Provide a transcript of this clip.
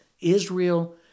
Israel